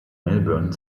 melbourne